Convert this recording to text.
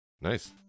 Nice